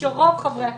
שרוב חברי הכנסת,